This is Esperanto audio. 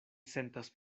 sentas